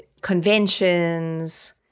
conventions